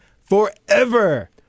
forever